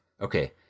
okay